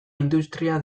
industria